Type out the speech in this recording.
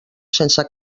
sense